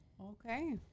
Okay